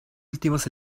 últimas